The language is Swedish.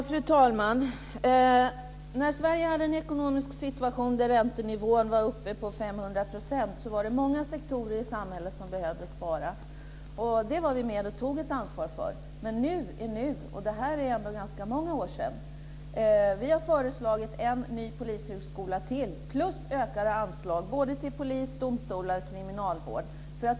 Fru talman! När Sverige hade en ekonomisk situation där räntenivån var uppe på 500 % var det många sektorer i samhället som behövde spara. Det var vi med och tog ett ansvar för. Men nu är nu och det här var ändå ganska många år sedan. Vi har föreslagit en till polishögskola samt ökade anslag till polis, domstolar och kriminalvård.